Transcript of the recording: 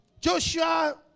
Joshua